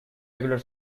regular